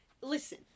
listen